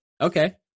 Okay